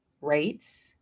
rates